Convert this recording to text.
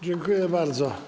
Dziękuję bardzo.